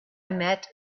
met